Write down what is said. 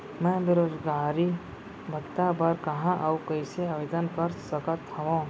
मैं बेरोजगारी भत्ता बर कहाँ अऊ कइसे आवेदन कर सकत हओं?